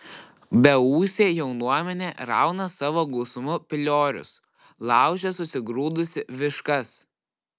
beūsė jaunuomenė rauna savo gausumu piliorius laužia susigrūdusi viškas